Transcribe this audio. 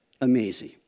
amazing